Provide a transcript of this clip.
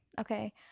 Okay